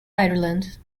ireland